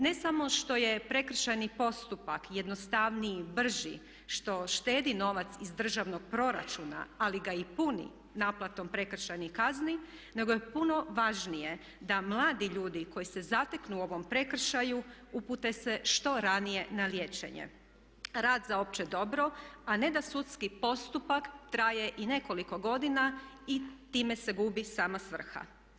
Ne samo što je prekršajni postupak jednostavniji, brži, što štedi novac iz državnog proračuna, ali ga i puni naplatom prekršajnih kazni, nego je puno važnije da mladi ljudi koji se zateknu u ovom prekršaju upute se što ranije na liječenje, rad za opće dobro a ne da sudski postupak traje i nekoliko godina i time se gubi sama svrha.